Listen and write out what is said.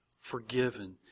forgiven